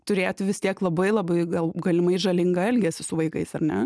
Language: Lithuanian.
turėt vis tiek labai labai gal galimai žalingą elgesį su vaikais ar ne